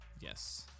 Yes